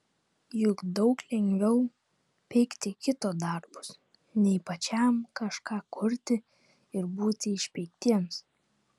juk daug lengviau peikti kito darbus nei pačiam kažką kurti ir būti išpeiktiems